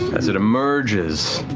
as it emerges,